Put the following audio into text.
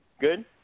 good